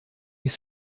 ich